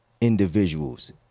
individuals